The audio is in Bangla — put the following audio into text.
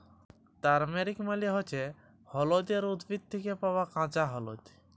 তারমেরিক মালে হচ্যে হল্যদের উদ্ভিদ থ্যাকে পাওয়া কাঁচা হল্যদ